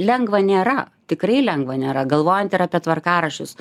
lengva nėra tikrai lengva nėra galvojant ir apie tvarkaraščius